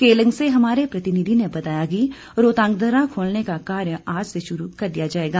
केलंग से हमारे प्रतिनिधि ने बताया कि रोहतांग दर्रा खोलने का कार्य आज से शुरू कर दिया जाएगा